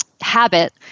habit